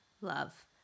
Love